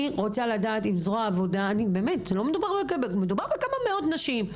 מדובר בכמה מאות נשים,